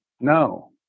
No